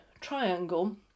triangle